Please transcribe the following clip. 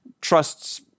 trusts